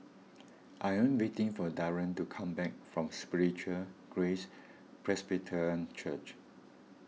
I am waiting for Darion to come back from Spiritual Grace Presbyterian Church